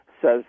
says